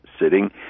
sitting